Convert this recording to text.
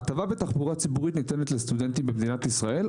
הטבה בתחבורה ציבורית ניתנת לסטודנטים במדינת ישראל,